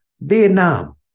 Vietnam